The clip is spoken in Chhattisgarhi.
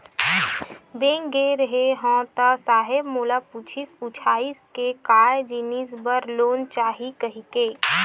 बेंक गे रेहे हंव ता साहेब मोला पूछिस पुछाइस के काय जिनिस बर लोन चाही कहिके?